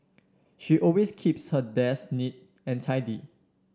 she always keeps her desk neat and tidy